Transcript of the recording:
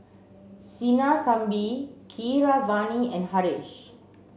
Sinnathamby Keeravani and Haresh